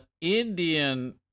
Indian